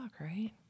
right